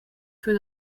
für